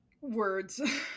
words